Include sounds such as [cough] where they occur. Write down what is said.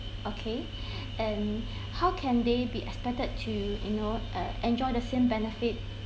okay [breath] and [breath] how can they be expected to you know uh enjoy the same benefit